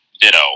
ditto